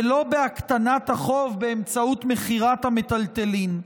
ולא בהקטנת החוב באמצעות מכירת המיטלטלין.